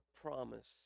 promise